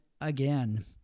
again